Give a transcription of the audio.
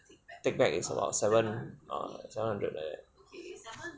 take back is about seven err seven hundred like that